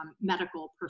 medical